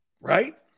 Right